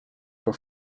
for